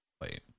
Wait